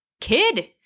kid